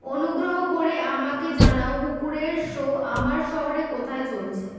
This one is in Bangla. অনুগ্রহ করে আমাকে জানাও কুকুরের শো আমার শহরে কোথায় চলছে